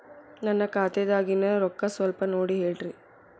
ನನ್ನ ಖಾತೆದಾಗಿನ ರೊಕ್ಕ ಸ್ವಲ್ಪ ನೋಡಿ ಹೇಳ್ರಿ